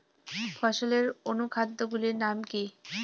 ফসলের অনুখাদ্য গুলির নাম কি?